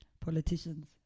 Politicians